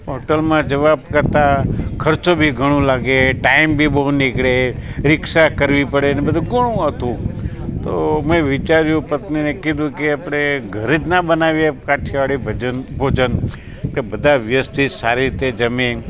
હોટલમાં જવા કરતાં ખર્ચો બી ઘણો લાગે ટાઈમ બી બહુ નીકળે રિક્ષા કરવી પડે ને બધું ઘણું હતું તો મેં વિચાર્યું પત્નીને કીધું કે આપણે ઘરે જ ના બનાવીએ કાઠિયાવાડી ભજન ભોજન કે બધા વ્યવસ્થિત સારી રીતે જમે